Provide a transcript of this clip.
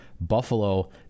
Buffalo